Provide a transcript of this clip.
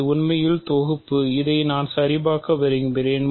இது உண்மையில் தொகுப்பு இதை நாம் சரிபார்க்க விரும்புகிறோம்